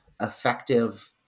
effective